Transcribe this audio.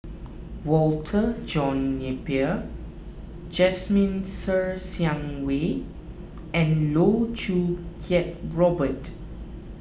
Walter John Napier Jasmine Ser Xiang Wei and Loh Choo Kiat Robert